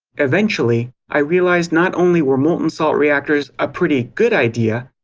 eventually, i realized not only were molten salt reactors a pretty good idea,